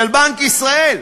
של בנק ישראל,